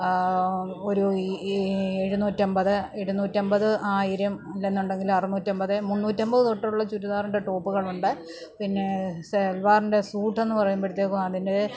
ഒരു എഴുന്നൂറ്റമ്പത് ഇരുന്നൂറ്റമ്പത് ആയിരം അല്ലെന്നുണ്ടെങ്കില് അറുന്നൂറ്റിയമ്പത് മുന്നൂറ്റമ്പത് തൊട്ടുള്ള ചുരിദാറിൻ്റെ ട്ടോപ്പുകളുണ്ട് പിന്നെ സൽവാറിൻ്റെ സ്യൂട്ട് എന്ന് പറയുമ്പഴത്തേക്കും അതിൻ്റെ